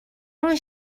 only